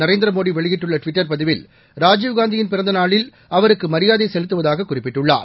நரேந்திர மோடி வெளியிட்டுள்ள ட்விட்டர் பதிவில் ராஜீவ்காந்தியின் பிறந்தநாளில் அவருக்கு மரியாதை செலுத்துவதாக குறிப்பிட்டுள்ளார்